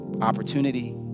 opportunity